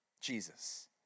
Jesus